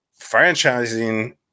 franchising